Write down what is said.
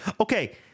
Okay